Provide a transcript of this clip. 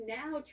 now